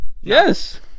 yes